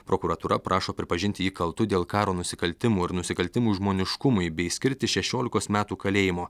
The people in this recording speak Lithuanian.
prokuratūra prašo pripažint jį kaltu dėl karo nusikaltimų ir nusikaltimų žmoniškumui bei skirti šešiolikos metų kalėjimo